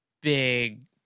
big